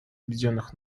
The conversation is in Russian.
объединенных